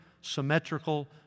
symmetrical